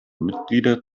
mitglieder